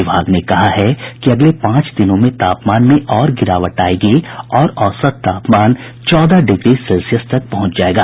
विभाग ने कहा है कि अगले पांच दिनों में तापमान में और गिरावट आयेगी और औसत तापमान चौदह डिग्री सेल्सियस तक पहुंच जायेगा